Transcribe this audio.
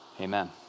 Amen